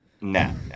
no